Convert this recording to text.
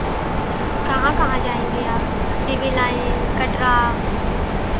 कहाँ कहाँ जाएँगे आप सी वी लाइन कटरा